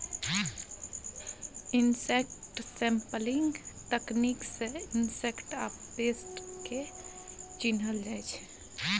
insect sampling तकनीक सँ insect या पेस्ट केँ चिन्हल जाइ छै